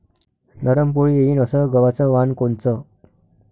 नरम पोळी येईन अस गवाचं वान कोनचं?